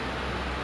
oh my god